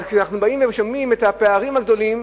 אבל כשאנחנו באים ומשלמים את הפערים הגדולים,